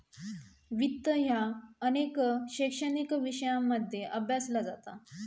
वित्त ह्या अनेक शैक्षणिक विषयांमध्ये अभ्यासला जाता